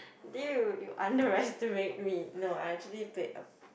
dude you underestimate me no I actually played a